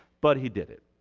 but he did it.